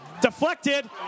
deflected